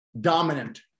dominant